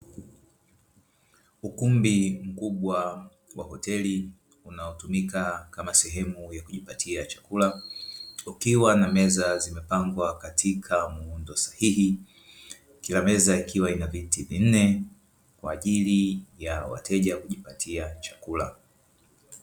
Ukumbi mkubwa wa hoteli unaotumika kama sehemu ya kujipatia chakula ukiwa na meza zimepangwa katika muundo sahihi, kila meza ikiwa ina viti vinne kwa ajili ya wateja kujipatia chakula.